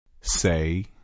Say